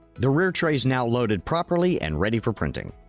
the rear tray is now loaded properly and ready for printing.